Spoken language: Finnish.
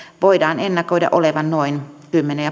voidaan ennakoida olevan noin kymmenen